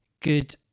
good